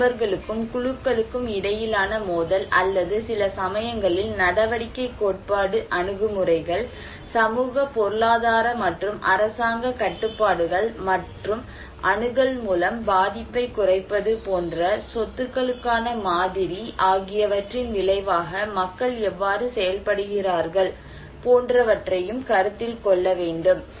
தனிநபர்களுக்கும் குழுக்களுக்கும் இடையிலான மோதல் அல்லது சில சமயங்களில் நடவடிக்கைக் கோட்பாடு அணுகுமுறைகள் சமூக பொருளாதார மற்றும் அரசாங்கக் கட்டுப்பாடுகள் மற்றும் அணுகல் மூலம் பாதிப்பைக் குறைப்பது போன்ற சொத்துக்களுக்கான மாதிரி ஆகியவற்றின் விளைவாக மக்கள் எவ்வாறு செயல்படுகிறார்கள் போன்றவற்றையும் கருத்தில் கொள்ள வேண்டும்